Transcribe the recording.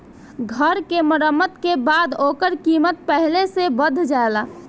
घर के मरम्मत के बाद ओकर कीमत पहिले से बढ़ जाला